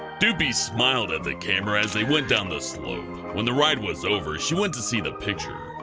doopie smiled at the camera as they went down the slope. when the ride was over, she went to see the picture.